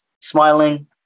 smiling